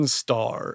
star